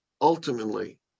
ultimately